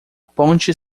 ponte